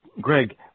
Greg